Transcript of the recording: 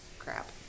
crap